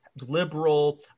liberal